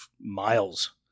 miles